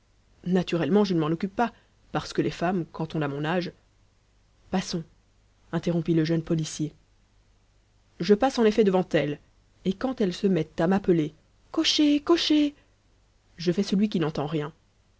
naturellement je ne m'en occupe pas parce que les femmes quand on a mon âge passons interrompit le jeune policier je passe en effet devant elles et quand elles se mettent à m'appeler cocher cocher je fais celui qui n'entend rien